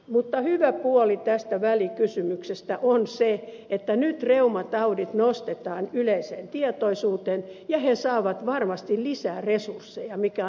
mutta hyvä puoli tässä välikysymyksessä on se että nyt reumataudit nostetaan yleiseen tietoisuuteen ja ne saavat varmasti lisää resursseja mikä on hyvä asia